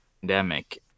pandemic